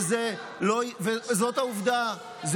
וזאת העובדה.